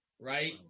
right